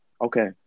Okay